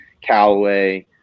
Callaway